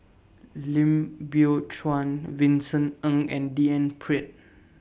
Lim Biow Chuan Vincent Ng and D N Pritt